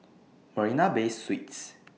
Marina Bay Suites